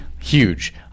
Huge